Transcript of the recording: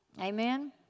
Amen